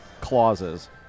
clauses